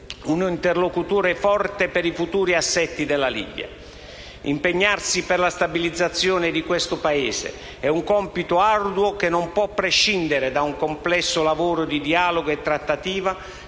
un interlocutore forte per i futuri assetti della Libia. Impegnarsi per la stabilizzazione di questo Paese è un compito arduo che non può prescindere da un complesso lavoro di dialogo e trattativa